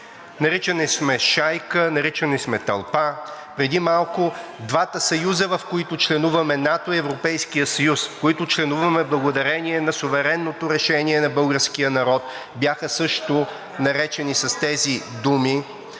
Наричани сме шайка, наричани сме тълпа. Преди малко двата съюза, в които членуваме – НАТО и Европейския съюз, в които членуваме благодарение на суверенното решение на българския народ, бяха също наречени с тези думи.